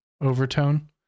overtone